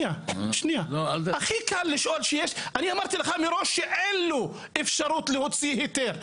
אני אמרתי לך מראש שאין לנו אפשרות להוציא היתר.